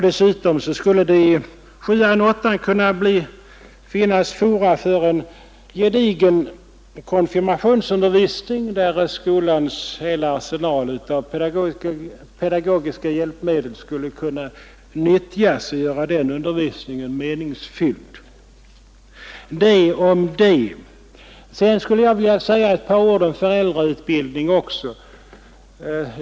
Dessutom skulle det i 7:an och 8:an kunna finnas fora för en gedigen konfirmationsundervisning där skolans hela arsenal av pedagogiska hjälpmedel kunde nyttjas och göra denna undervisning meningsfylld. Detta om detta. Jag skulle också vilja säga några ord om föräldrautbildningen.